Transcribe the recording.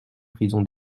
prison